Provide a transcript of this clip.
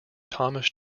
thomas